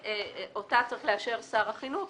שאותה צריך לאשר שר החינוך,